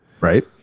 Right